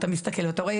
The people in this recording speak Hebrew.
אתה מסתכל ואתה רואה,